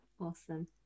Awesome